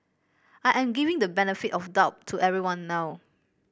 I am giving the benefit of the doubt to everyone know